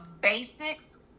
basics